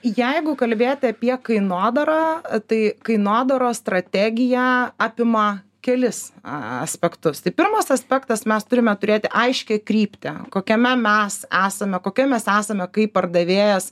jeigu kalbėti apie kainodarą tai kainodaros strategija apima kelis aspektus tai pirmas aspektas mes turime turėti aiškią kryptį kokiame mes esame kokie mes esame kaip pardavėjas